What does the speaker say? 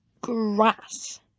grass